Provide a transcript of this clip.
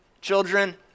children